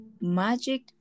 Magic